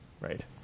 right